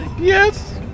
Yes